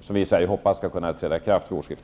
som vi i Sverige hoppas skall träda i kraft vid årsskiftet.